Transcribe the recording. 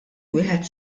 wieħed